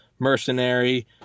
mercenary